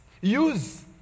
Use